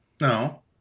no